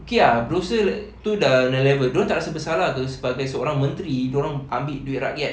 okay ah berdosa tu dah another level dorang tak rasa bersalah ke sebagai seorang menteri dorang ambil duit rakyat